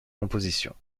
compositions